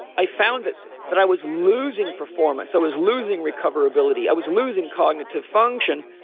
i found that that i was losing performance. i was losing recoverability. i was losing cognitive function.